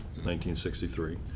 1963